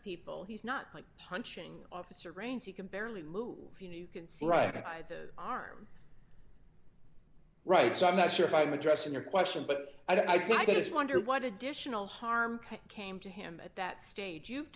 people he's not like punching officer grains he can barely move you know you can see right in arm right so i'm not sure if i'm addressing your question but i just wonder what additional harm came to him at that stage you've